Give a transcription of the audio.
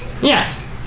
Yes